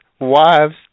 wives